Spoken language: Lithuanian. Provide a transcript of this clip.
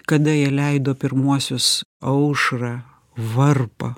kada jie leido pirmuosius aušrą varpą